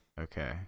okay